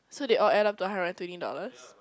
so they all add up to a hundred and twenty dollars